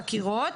חקירות,